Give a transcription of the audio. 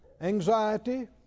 anxiety